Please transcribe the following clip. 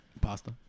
Pasta